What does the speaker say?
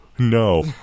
No